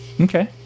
Okay